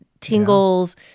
tingles